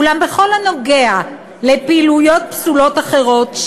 אולם בכל הקשור לפעילויות פסולות אחרות,